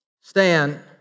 Stan